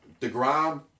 DeGrom